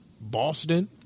Boston